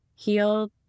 healed